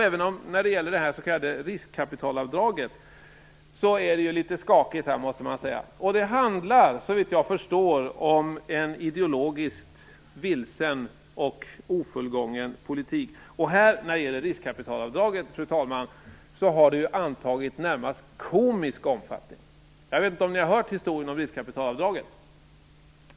Även när det gäller det s.k. riskkapitalavdraget är det litet skakigt. Såvitt jag förstår handlar det om en ideologiskt vilsen och ofullgången politik. I fråga om riskkapitalavdraget har det hela antagit en nästan komisk omfattning. Ni har kanske hört historien om riskkapitalavdraget.